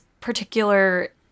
particular